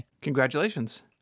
Congratulations